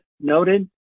noted